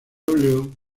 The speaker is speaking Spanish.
óleo